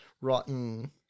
rotten